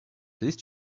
please